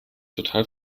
total